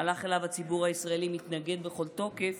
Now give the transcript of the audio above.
מהלך שאליו הציבור הישראלי מתנגד בכל תוקף,